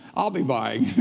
i'll be buying.